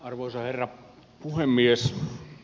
arvoisa herra puhemies